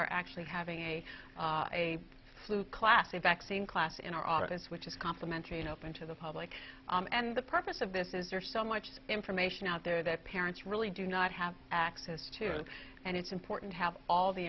are actually having a clue class a vaccine class in our audience which is complimentary an open to the public and the purpose of this is there's so much information out there that parents really do not have access to and it's important to have all the